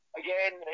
again